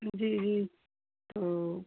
मुझे ही तो